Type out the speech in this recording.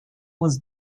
was